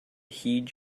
heed